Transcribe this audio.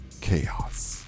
chaos